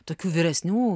tokių vyresnių